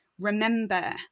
remember